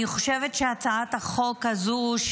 אני חושבת שהצעת החוק הזאת,